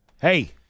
Hey